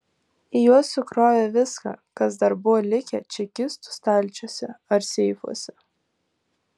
į juos sukrovė viską kas dar buvo likę čekistų stalčiuose ar seifuose